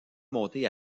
monter